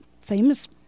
famous